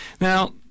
Now